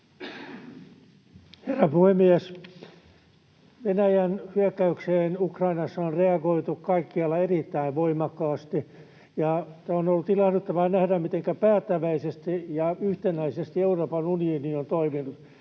Herra puhemies! Venäjän hyökkäykseen Ukrainassa on reagoitu kaikkialla erittäin voimakkaasti, ja on ollut ilahduttavaa nähdä, mitenkä päättäväisesti ja yhtenäisesti Euroopan unioni on toiminut